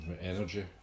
energy